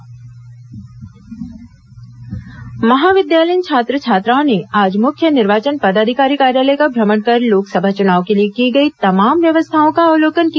CEO कार्यालय भ्रमण महाविद्यालयीन छात्र छात्राओं ने आज मुख्य निर्वाचन पदाधिकारी कार्यालय का भ्रमण कर लोकसभा चुनाव के लिए की गई तमाम व्यवस्थाओं का अवलोकन किया